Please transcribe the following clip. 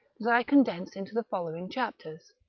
that i condense into the following chapters.